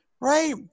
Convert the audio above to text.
right